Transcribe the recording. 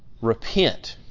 repent